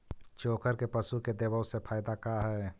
चोकर के पशु के देबौ से फायदा का है?